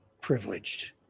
Privileged